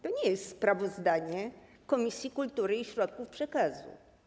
To nie jest sprawozdanie Komisji Kultury i Środków Przekazu.